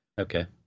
Okay